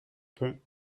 peu